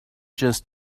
just